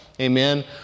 Amen